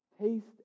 Taste